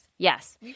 Yes